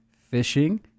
fishing